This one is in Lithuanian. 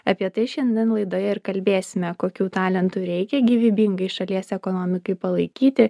apie tai šiandien laidoje ir kalbėsime kokių talentų reikia gyvybingai šalies ekonomikai palaikyti